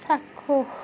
চাক্ষুষ